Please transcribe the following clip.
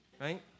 right